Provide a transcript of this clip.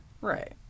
Right